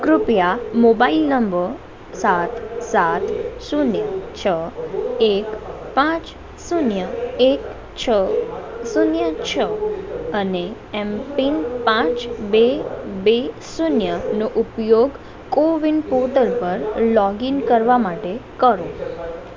કૃપયા mobile number સાત સાત શૂન્ય છ એક પાંચ શૂન્ય એક છ શૂન્ય છ અને એમપિન પાંચ બે બે શૂન્યનો ઉપયોગ કોવિન પોર્ટલ પર લોગઇન કરવા માટે કરો